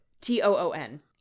T-O-O-N